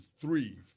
three